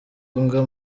mbwa